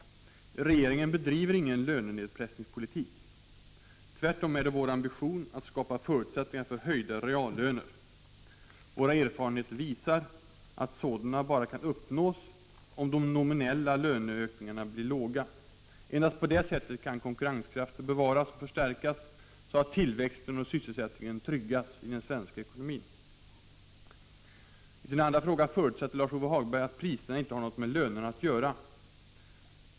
Regeringen bedriver ingen lönenedpressningspolitik. Tvärtom är det vår ambition att skapa förutsättningar för höjda reallöner. Våra erfarenheter visar, att sådana bara kan uppnås om de nominella löneökningarna blir låga. Endast på det sättet kan konkurrenskraften bevaras och förstärkas, så att tillväxten och sysselsättningen tryggas i den svenska ekonomin. I sin andra fråga förutsätter Lars-Ove Hagberg att priserna inte har något med lönerna att göra.